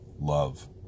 love